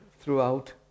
throughout